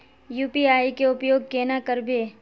UPI के उपयोग केना करबे?